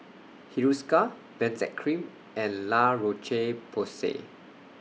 Hiruscar Benzac Cream and La Roche Porsay